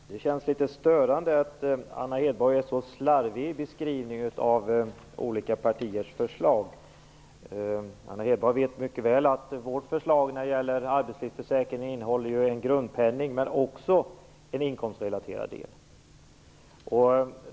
Fru talman! Det känns litet störande att Anna Hedborg är så slarvig i beskrivningen av olika partiers förslag. Anna Hedborg vet mycket väl att vårt förslag när det gäller arbetslivsförsäkringen innehåller en grundpenning, men också en inkomstrelaterad del.